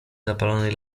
zapalonej